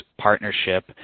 partnership